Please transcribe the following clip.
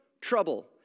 trouble